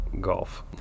golf